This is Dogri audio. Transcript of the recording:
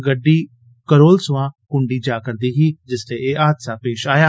गड्डी कैरोल सोया कुंड़डी जा'रदी ही जिसले एह् हादसा पेश आया